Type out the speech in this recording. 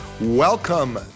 Welcome